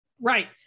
Right